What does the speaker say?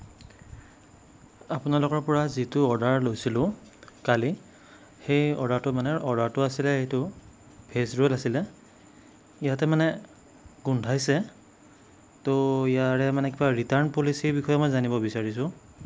আপোনালোকৰ পৰা যিটো অৰ্ডাৰ লৈছিলোঁ কালি সেই অৰ্ডাৰটো মানে অৰ্ডাৰটো আছিলে এইটো ভেজ ৰ'ল আছিলে ইয়াতে মানে গোন্ধাইছে তো ইয়াৰে মানে কিবা ৰিটাৰ্ণ পলিচিৰ বিষয়ে মই জানিব বিচাৰিছোঁ